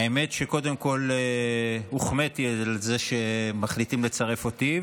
האמת היא שקודם כול הוחמאתי מזה שמחליטים לצרף אותי,